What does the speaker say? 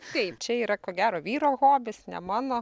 taip čia yra ko gero vyro hobis ne mano